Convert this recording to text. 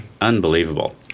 unbelievable